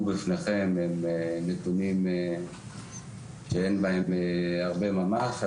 בפניכם הם נתונים שאין בהם הרבה ממש.